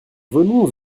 venons